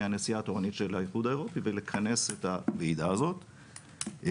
מהנשיאה התורנית של האיחוד האירופי ולכנס את הוועידה הזאת שסוכמה,